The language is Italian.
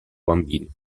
bambini